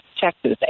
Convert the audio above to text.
Texas